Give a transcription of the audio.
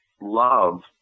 love